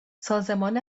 سازمان